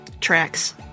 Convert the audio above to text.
Tracks